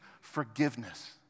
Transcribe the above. forgiveness